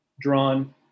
drawn